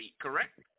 correct